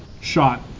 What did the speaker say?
shot